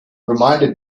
reminded